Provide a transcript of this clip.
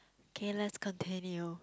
K let's continue